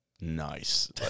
nice